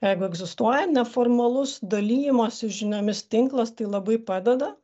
jeigu egzistuoja neformalus dalijimosi žiniomis tinklas tai labai padeda